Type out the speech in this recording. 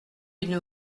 une